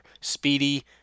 Speedy